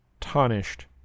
tarnished